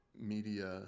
media